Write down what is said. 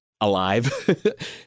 alive